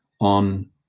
on